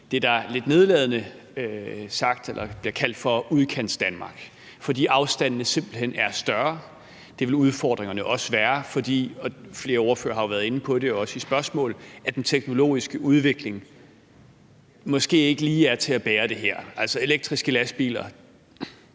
det, der lidt nedladende bliver kaldt for Udkantsdanmark, fordi afstandene simpelt hen er større. Det vil udfordringerne også være, fordi – flere ordførere har jo været inde på det, også i spørgsmål – den teknologiske udvikling måske ikke lige er til at bære det her. Altså, elektriske lastbiler?